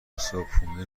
صبحونه